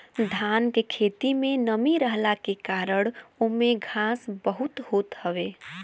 धान के खेत में नमी रहला के कारण ओमे घास बहुते होत हवे